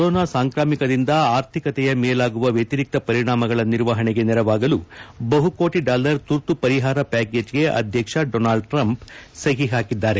ಅಮೆರಿಕದಲ್ಲಿ ಕೊರೊನಾ ಸಾಂಕ್ರಾಮಿಕದಿಂದ ಆರ್ಥಿಕತೆಯ ಮೇಲಾಗುವ ವ್ಯತಿರಿಕ್ತ ಪರಿಣಾಮಗಳ ನಿರ್ವಹಣೆಗೆ ನೆರವಾಗಲು ಬಹುಕೋಟಿ ಡಾಲರ್ ತುರ್ತು ಪರಿಹಾರ ಪ್ಯಾಕೇಜ್ಗೆ ಅಧ್ಯಕ್ಷ ಡೊನಾಲ್ಡ್ ಟ್ರಂಪ್ ಸಹಿ ಹಾಕಿದ್ದಾರೆ